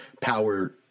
power